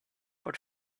but